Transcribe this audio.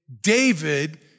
David